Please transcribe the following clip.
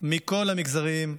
מכל המגזרים,